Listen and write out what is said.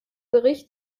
bericht